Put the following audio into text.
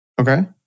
Okay